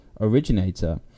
originator